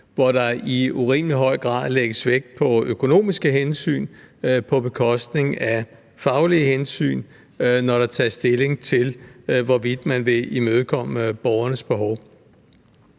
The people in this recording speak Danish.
hvor der i urimelig høj grad lægges vægt på økonomiske hensyn på bekostning af faglige hensyn, når der tages stilling til, hvorvidt man vil imødekomme borgernes behov.